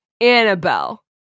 Annabelle